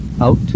Out